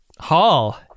Hall